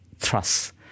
trusts